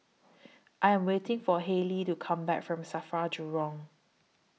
I Am waiting For Haley to Come Back from SAFRA Jurong